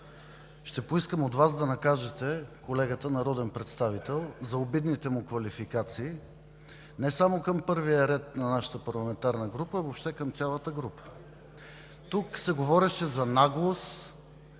ще поискам от Вас да накажете колегата народен представител за обидните му квалификации не само към първия ред на нашата парламентарна група, въобще към цялата група. Тук се говореше за наглост